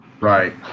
Right